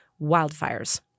wildfires